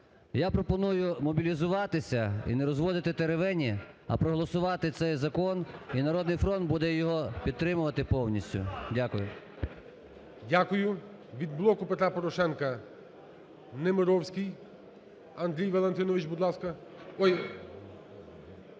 я пропоную мобілізуватися і не розводити теревені, а проголосувати цей закон, і "Народний фронт" буде його підтримувати повністю. Дякую. ГОЛОВУЮЧИЙ. Дякую. Від "Блоку Петра Порошенка" Немировський Андрій Валентинович, будь ласка.